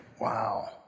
Wow